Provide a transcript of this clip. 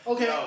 Okay